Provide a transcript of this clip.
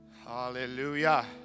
Hallelujah